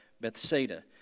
Bethsaida